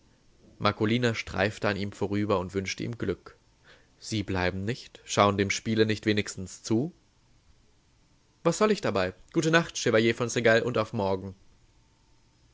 marcolina streifte an ihm vorüber und wünschte ihm glück sie bleiben nicht schauen dem spiel nicht wenigstens zu was soll ich dabei gute nacht chevalier von seingalt und auf morgen